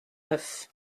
neuf